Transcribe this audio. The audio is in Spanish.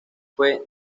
fue